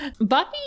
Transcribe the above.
Buffy